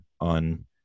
on